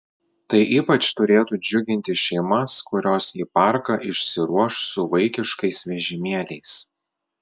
tai ypač turėtų džiuginti šeimas kurios į parką išsiruoš su vaikiškais vežimėliais